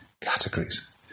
categories